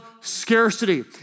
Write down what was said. scarcity